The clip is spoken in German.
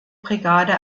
brigade